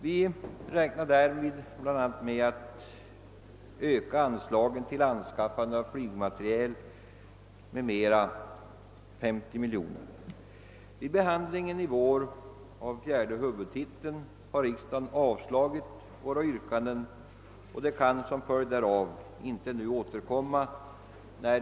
Vi räknade därvid bl.a. med att öka anslagen till anskaffning av flygmateriel m.m. med 50 miljoner kronor. Vid behandlingen i vår av fjärde huvudtiteln har riksdagen avslagit våra yrkanden, och de kan som följd därav inte nu återkomma.